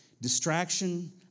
Distraction